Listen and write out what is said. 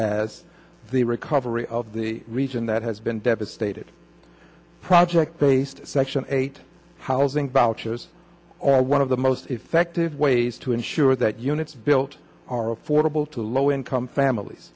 as the recovery of the region that has been devastated project based section eight housing vouchers or one of the most effective ways to ensure that units built are affordable to low income families